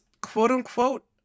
quote-unquote